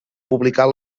publicar